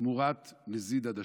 תמורת נזיד עדשים.